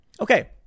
Okay